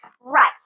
Right